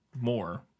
more